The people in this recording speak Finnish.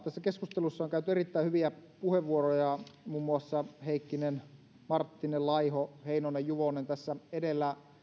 tässä keskustelussa on käytetty erittäin hyviä puheenvuoroja muun muassa heikkinen marttinen laiho heinonen juvonen tässä edellä